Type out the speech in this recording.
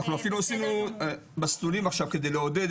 אנחנו אפילו עשינו מסלולים עכשיו כדי לעודד